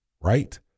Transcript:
right